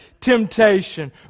temptation